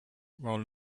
while